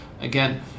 again